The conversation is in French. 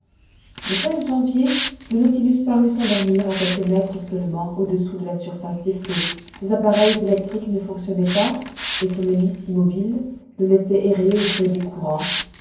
le janvier le nautilus parut s'endormir à quelques mètres seulement au-dessous de la surface des flots ses appareils électriques ne fonctionnaient pas et son hélice immobile le laissait errer au gré des courants